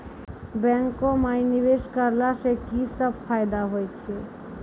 बैंको माई निवेश कराला से की सब फ़ायदा हो छै?